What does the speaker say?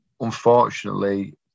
Unfortunately